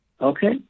okay